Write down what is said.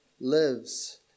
lives